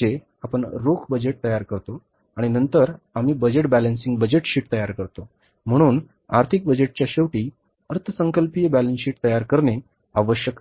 जे आपण रोख बजेट तयार करतो आणि नंतर आम्ही बजेट बॅलन्सिंग बजेट शीट तयार करतो म्हणून आर्थिक बजेटच्या शेवटी अर्थसंकल्पीय बॅलन्स शीट तयार करणे आवश्यक आहे